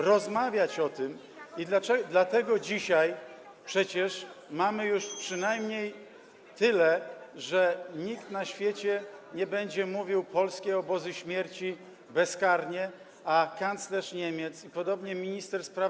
rozmawiać o tym i dlatego dzisiaj przecież mamy już przynajmniej tyle, że nikt na świecie nie będzie mówił „polskie obozy śmierci” bezkarnie, a kanclerz Niemiec [[Gwar na sali, dzwonek]] i minister spraw